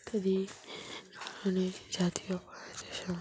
তা এই কারণে জাতীয় সাথে